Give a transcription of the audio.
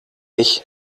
ich